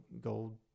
gold